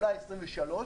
אולי 2023,